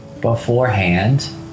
Beforehand